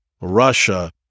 Russia